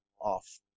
off